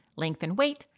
length and weight,